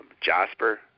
Jasper